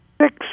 six